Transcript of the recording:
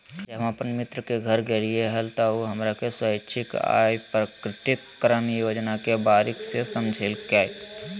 जब हम अपन मित्र के घर गेलिये हल, त उ हमरा स्वैच्छिक आय प्रकटिकरण योजना के बारीकि से समझयलकय